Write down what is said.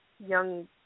young